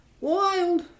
wild